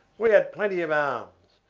we had plenty of arms,